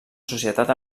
societat